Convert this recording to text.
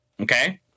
okay